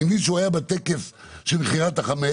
אני מבין שהוא היה בטקס של מכירת החמץ,